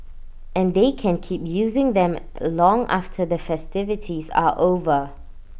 and they can keep using them long after the festivities are over